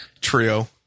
trio